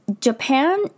Japan